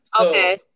Okay